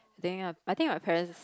think ah I think my parents